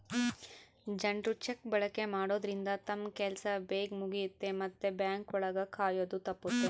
ಜನ್ರು ಚೆಕ್ ಬಳಕೆ ಮಾಡೋದ್ರಿಂದ ತಮ್ ಕೆಲ್ಸ ಬೇಗ್ ಮುಗಿಯುತ್ತೆ ಮತ್ತೆ ಬ್ಯಾಂಕ್ ಒಳಗ ಕಾಯೋದು ತಪ್ಪುತ್ತೆ